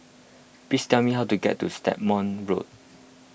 please tell me how to get to Stagmont Road